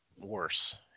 worse